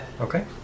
Okay